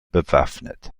bewaffnet